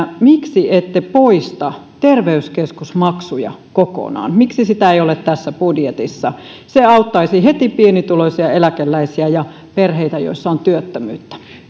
miksi ette poista terveyskeskusmaksuja kokonaan miksi sitä ei ole tässä budjetissa se auttaisi heti pienituloisia eläkeläisiä ja perheitä joissa on työttömyyttä